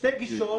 שתי גישות